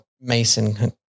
Mason